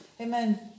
Amen